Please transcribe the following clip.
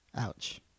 Ouch